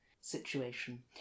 situation